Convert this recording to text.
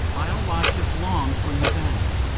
i'll watch as long for you then.